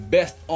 Best